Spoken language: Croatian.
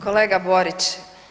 Kolega Borić.